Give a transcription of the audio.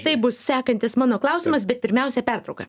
tai bus sekantis mano klausimas bet pirmiausia pertrauka